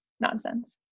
nonsense